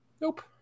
Nope